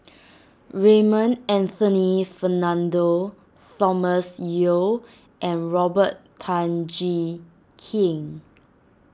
Raymond Anthony Fernando Thomas Yeo and Robert Tan Jee Keng